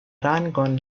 rangon